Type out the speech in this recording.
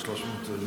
300 מיליון,